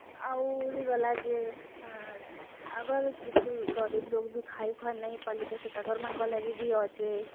ଆଉରି ଗଲାଯେ ଆଁ ଆଗର୍ କିଛି ଗରିବ ଲୋକବି ଖାଇଖୁଆ ନେଇ ପାରିଲେ ସେତା ମାନଙ୍କର ଲାଗି ବି ଅଛେ